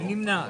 מי נמנע?